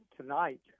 tonight